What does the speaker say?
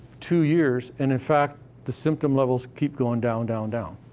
two years, and, in fact, the symptom levels keep going down, down, down.